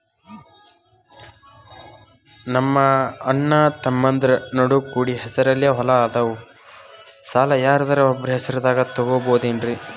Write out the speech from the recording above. ನಮ್ಮಅಣ್ಣತಮ್ಮಂದ್ರ ನಡು ಕೂಡಿ ಹೆಸರಲೆ ಹೊಲಾ ಅದಾವು, ಸಾಲ ಯಾರ್ದರ ಒಬ್ಬರ ಹೆಸರದಾಗ ತಗೋಬೋದೇನ್ರಿ?